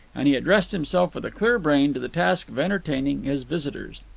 and he addressed himself with a clear brain to the task of entertaining his visitors.